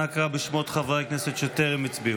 נא קרא בשמות חברי הכנסת שטרם הצביעו.